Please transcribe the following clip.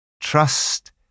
Trust